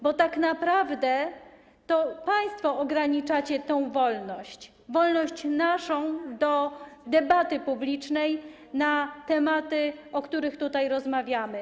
Bo tak naprawdę to państwo ograniczacie tę wolność, wolność naszą do debaty publicznej na tematy, o których tutaj rozmawiamy.